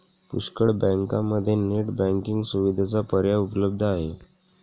पुष्कळ बँकांमध्ये net banking सुविधेचा पर्याय उपलब्ध आहे